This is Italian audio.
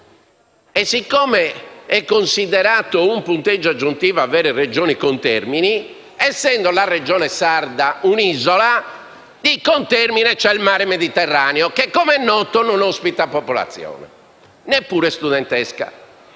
E siccome è considerato un punteggio aggiuntivo avere Regioni contermini, essendo la Sardegna un'isola, di contermine ha il Mar Mediterraneo che - com'è noto - non ospita popolazione, neppure studentesca.